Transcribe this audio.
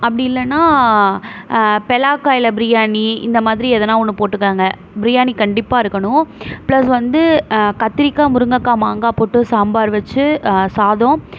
அப்படி இல்லைனா பலாக்காய்ல பிரியாணி இந்த மாதிரி எதனா ஒன்று போட்டுக்கோங்க பிரியாணி கண்டிப்பாக இருக்கணும் ப்ளஸ் வந்து கத்திரிக்காய் முருங்கக்காய் மாங்காய் போட்டு சாம்பார் வெச்சு சாதம்